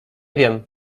wiem